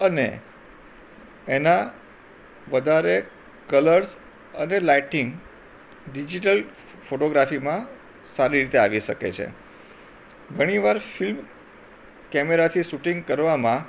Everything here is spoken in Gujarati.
અને એના વધારે કલર્સ અને લાઇટિંગ ડિજિટલ ફોટોગ્રાફીમાં સારી રીતે આવી શકે છે ઘણીવાર ફિલ્મ કેમેરાથી સૂટિંગ કરવામાં